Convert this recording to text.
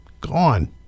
Gone